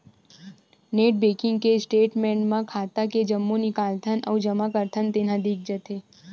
net banking के statement म खाता के जम्मो निकालथन अउ जमा करथन तेन ह दिख जाथे